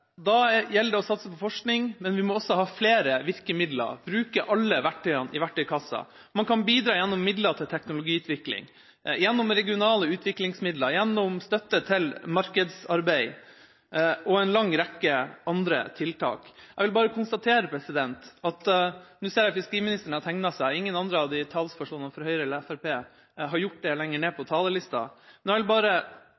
Da gjelder det å satse på forskning, men vi må også ha flere virkemidler, bruke alle verktøyene i verktøykassa. Man kan bidra gjennom midler til teknologiutvikling, gjennom regionale utviklingsmidler, gjennom støtte til markedsarbeid og en lang rekke andre tiltak. Jeg vil bare konstatere – jeg ser nå at fiskeriministeren har tegnet seg på talerlista, men at ingen andre av talspersonene fra Høyre og Fremskrittspartiet har gjort det lenger ned på